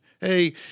hey